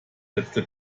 letzte